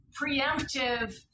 preemptive